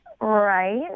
Right